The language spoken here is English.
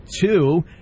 two